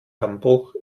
dammbruch